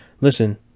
Listen